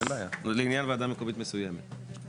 לעניין ועדה מקומית מסוימת.